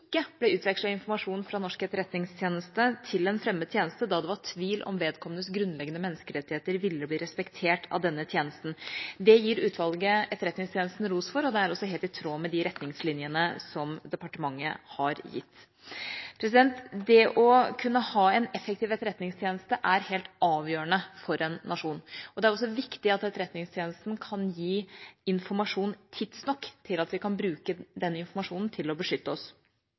ble utvekslet informasjon fra norsk etterretningstjeneste til en fremmed tjeneste, da det var tvil om vedkommendes grunnleggende menneskerettigheter ville bli respektert av denne tjenesten. Det gir utvalget Etterretningstjenesten ros for, og det er også helt i tråd med de retningslinjene som departementet har gitt. Det å kunne ha en effektiv etterretningstjeneste er helt avgjørende for en nasjon, og det er også viktig at Etterretningstjenesten kan gi informasjon tidsnok til at vi kan bruke den informasjonen til å beskytte oss.